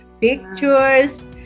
pictures